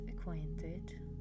acquainted